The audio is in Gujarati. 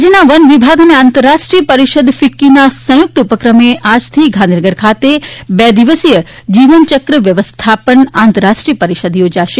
રાજ્યના વન વિભાગ અને આંતરરાષ્ટ્રીય પરિષદ ફિક્કીના સંયુકત ઉપક્રમે આજથી ગાંધીનગર ખાતે બે દિવસીય જીવનચક્ર વ્યવસ્થાપન આંતરરાષ્ટ્રીય પરિષદ યોજાશે